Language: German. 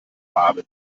haben